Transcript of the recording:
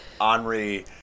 Henri